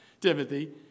Timothy